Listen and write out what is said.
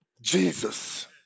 Jesus